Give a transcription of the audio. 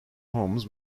homes